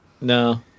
No